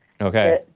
Okay